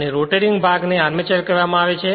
અને રોટેટિંગ ભાગને આર્મચર કહેવામાં આવે છે